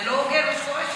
זה לא הוגן, מה שקורה שם.